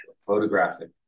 photographic